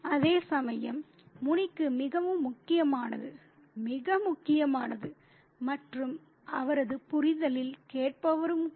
அதேசமயம் முனிக்கு மிகவும் முக்கியமானது மிக முக்கியமானது மற்றும் அவரது புரிதலில் கேட்பவரும் கூட